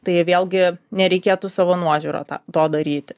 tai jie vėlgi nereikėtų savo nuožiūra tą to daryti